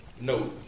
no